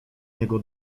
niego